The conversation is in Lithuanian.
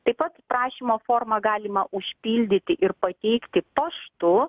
taip pat prašymo formą galima užpildyti ir pateikti paštu